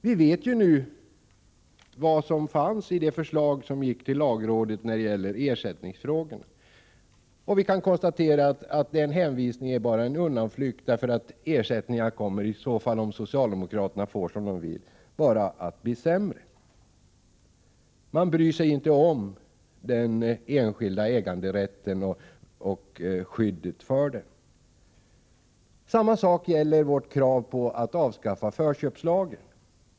Nu vet vi ju vad som fanns i det förslag som gick till lagrådet beträffande ersättningsfrågor, och vi kan konstatera att denna hänvisning bara är en undanflykt. Om socialdemokraterna får som de vill kommer ersättningarna bara att bli sämre. Man bryr sig inte om den enskilda äganderätten och skyddet för den. Samma sak gäller vårt krav på att avskaffa förköpslagen.